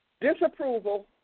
disapproval